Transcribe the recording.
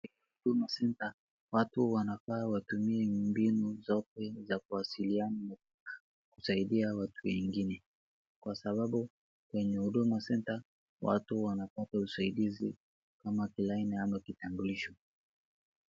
Huduma centre, watu wanafaa watumie mbinu za ukweli za kuwasiliana ili kusaidia watu wengine kwa sababu kwenye huduma centre watu wanapata usaidizi kama kilaini ama kitambulisho.